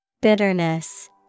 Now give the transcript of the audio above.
Bitterness